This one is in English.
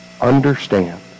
Understand